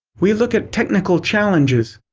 we look at technical challenges.